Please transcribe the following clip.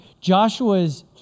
Joshua's